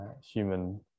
human